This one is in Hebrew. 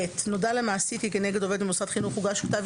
(ב) נודע למעסיק כי כנגד עובד במוסד חינוך הוגש כתב